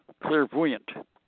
clairvoyant